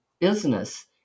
business